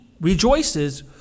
rejoices